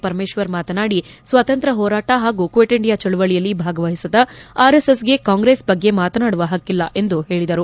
ಪರಮೇಶ್ವರ್ ಮಾತನಾಡಿ ಸ್ವಾತಂತ್ರ್ಯ ಹೋರಾಟ ಪಾಗೂ ಕ್ಷೆಟ್ ಇಂಡಿಯಾ ಚಳವಳಿಯಲ್ಲಿ ಭಾಗವಹಿಸದ ಆರ್ಎಸ್ಎಸ್ಗೆ ಕಾಂಗ್ರೆಸ್ ಬಗ್ಗೆ ಮಾತನಾಡುವ ಹಕ್ಕಿಲ್ಲ ಎಂದು ಹೇಳಿದರು